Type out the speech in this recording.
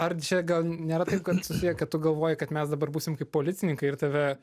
ar čia gal nėra taip kad susiję kad tu galvoji kad mes dabar būsim kaip policininkai ir tave